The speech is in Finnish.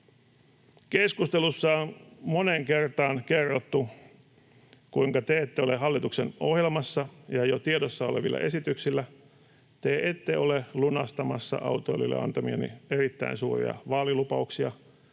Keskustelussa on moneen kertaan kerrottu, kuinka te ette ole hallituksen ohjelmassa ja jo tiedossa olevilla esityksillä lunastamassa autoilijoille antamianne erittäin suuria vaalilupauksia,